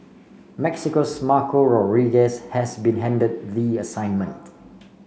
Mexico's Marco Rodriguez has been handed the assignment